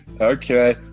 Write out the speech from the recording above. Okay